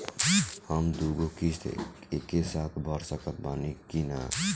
हम दु गो किश्त एके साथ भर सकत बानी की ना?